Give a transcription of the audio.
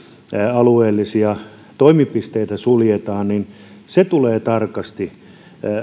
alueellisia toimipisteitä suljetaan tulee tarkasti